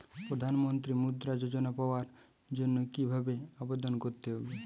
প্রধান মন্ত্রী মুদ্রা যোজনা পাওয়ার জন্য কিভাবে আবেদন করতে হবে?